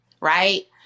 right